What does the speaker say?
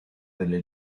delle